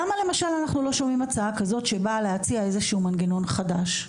למה אנחנו לא שומעים הצעה כזאת שבאה להציע איזשהו מנגנון חדש.